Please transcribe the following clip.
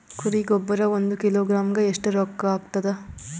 ಕುರಿ ಗೊಬ್ಬರ ಒಂದು ಕಿಲೋಗ್ರಾಂ ಗ ಎಷ್ಟ ರೂಕ್ಕಾಗ್ತದ?